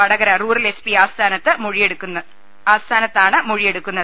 Vadakara rural S P ആസ്ഥാനത്താണ് മൊഴിയെടുക്കുന്നത്